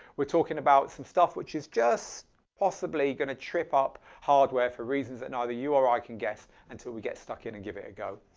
we're talking about some stuff which is just possibly gonna trip up hardware for reasons that neither you or i can guess until we get stuck in and give it a go.